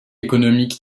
économique